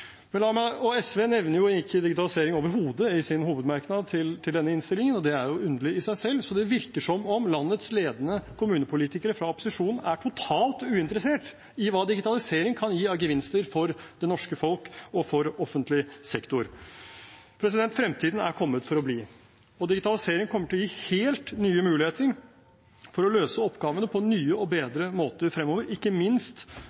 SV nevner jo ikke digitalisering overhodet i sin hovedmerknad i denne innstillingen, og det er underlig i seg selv. Så det virker som om landets ledende kommunepolitikere fra opposisjonen er totalt uinteressert i hva digitalisering kan gi av gevinster for det norske folk og for offentlig sektor. Fremtiden er kommet for å bli, og digitalisering kommer til å gi helt nye muligheter for å løse oppgavene på nye og bedre måter fremover, ikke minst